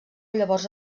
llavors